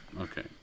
Okay